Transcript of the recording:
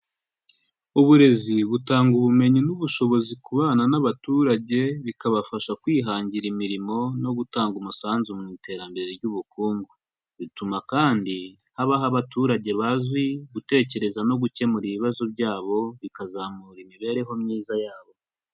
Uburezi, butanga ubumenyi n'ubushobozi ku bana n'abaturage, bikabafasha kwihangira imirimo, no gutanga umusanzu mu iterambere ry'ubukungu. Bituma kandi, habaho abaturage bazi gutekereza no gukemura ibibazo byabo, bikazamura imibereho myiza yabo.